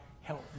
help